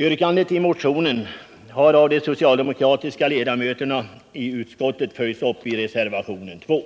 Yrkandet i motionen har av de socialdemokratiska ledamöterna i utskottet följts upp i reservationen 2.